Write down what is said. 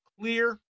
clear